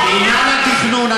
מינהל התכנון,